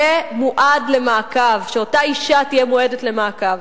יהיה מועד למעקב, שאותה אשה תהיה מועדת למעקב,